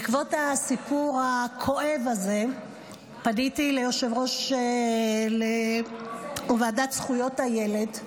בעקבות הסיפור הכואב הזה פניתי ליושב-ראש הועדה לזכויות הילד,